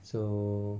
so